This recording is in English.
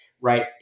right